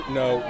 no